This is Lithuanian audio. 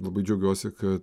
labai džiaugiuosi kad